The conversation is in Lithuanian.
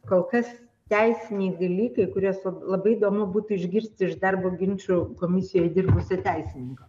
kol kas teisiniai dalykai kurie su labai įdomu būtų išgirsti iš darbo ginčų komisijoj dirbusių teisininkų